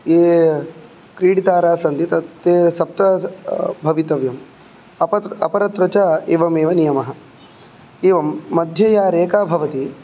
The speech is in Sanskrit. ये क्रीडितारः सन्ति ते सप्त भवितव्यं अपरत्र च एवमेव नियमः एवं मध्ये या रेखा भवति